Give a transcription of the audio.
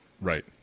Right